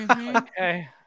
Okay